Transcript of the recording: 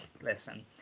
listen